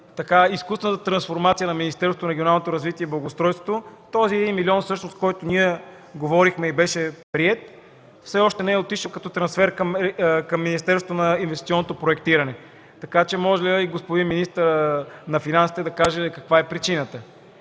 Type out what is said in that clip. заради изкуствената трансформация на Министерството на регионалното развитие и благоустройството, този един милион, за който говорихме, беше приет, но все още не е отишъл като трансфер към Министерството на инвестиционното проектиране. Така че моля господин министърът на финансите да каже каква е причината.